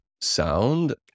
sound